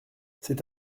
c’est